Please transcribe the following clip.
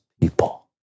people